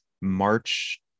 March